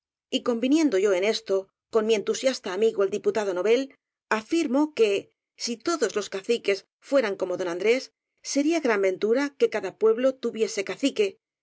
pocos y conviniendo yo en esto con mi entusiasta amigo el diputado novel afirmo que si todos los caciques fueran como don andrés sería gran ventura que cada pueblo tuviese